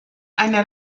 einer